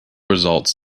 results